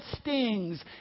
stings